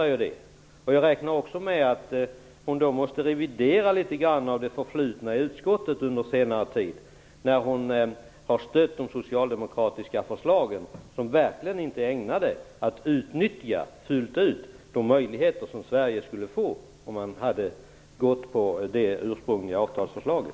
Jag räknar också med att hon då måste revidera en del av det förflutna i utskottet under senare tid, när hon har stött de socialdemokratiska förslagen, som verkligen inte är ägnade att fullt ut utnyttja de möjligheter som Sverige skulle kunna få - och som vi hade fått om man hade antagit det ursprungliga avtalsförslaget.